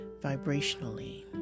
vibrationally